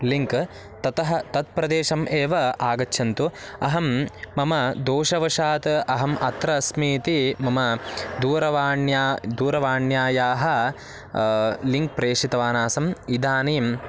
link ततः तत्प्रदेशम् एव आगच्छन्तु अहं मम दोषवशात् अहम् अत्र अस्मि इति मम दूरवाण्याः दूरवाण्याः लिङ्क् प्रेषितवान् आसम् इदानीं